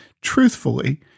truthfully